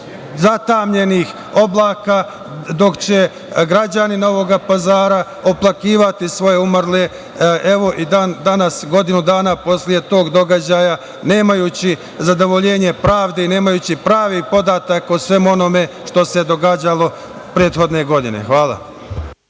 zatamnjenih oblaka, dok će građani Novog Pazara oplakivati svoje umrle, evo, i dan-danas, godinu dana posle tog događaja, nemajući zadovoljenje pravde i nemajući pravi podatak o svemu onome što se događalo prethodne godine? Hvala.